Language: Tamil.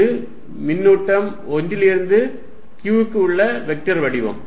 அது மின்னூட்டம் 1 லிருந்து q க்கு உள்ள வெக்டர் வடிவம்